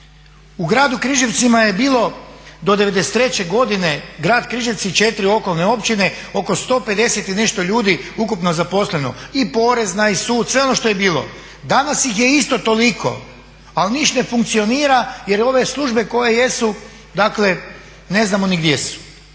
U gradu Križevcima je bilo do '93. godine grad Križevci i 4 okolne općine oko 150 i nešto ljudi ukupno zaposleno, i porezna i sud, sve ono što je bilo. Danas ih je isto toliko ali niš' ne funkcionira jer ove službe koje jesu dakle ne znamo ni gdje su.